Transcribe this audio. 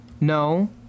no